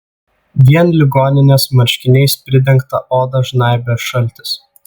vien ligoninės marškiniais pridengtą odą žnaibė šaltis